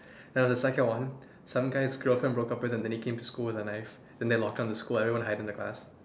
now the second one some guy's girlfriend broke up with him then he came to the school with a knife then they lock down the school everyone just hide in their class